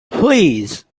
please